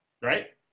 right